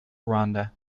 rwanda